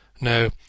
No